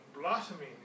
blossoming